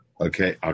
okay